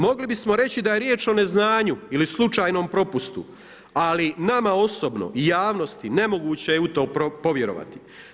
Mogli bismo reći da je riječ o neznanju ili slučajnom propustu, ali nama osobno javnosti nemoguće je u to povjerovati.